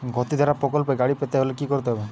গতিধারা প্রকল্পে গাড়ি পেতে হলে কি করতে হবে?